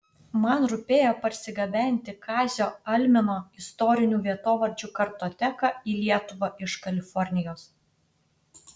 man rūpėjo parsigabenti kazio almino istorinių vietovardžių kartoteką į lietuvą iš kalifornijos